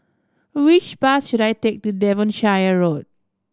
which bus should I take to Devonshire Road